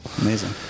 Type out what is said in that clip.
Amazing